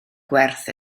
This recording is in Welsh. gwerth